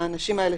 האנשים האלה,